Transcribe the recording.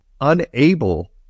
unable